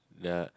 the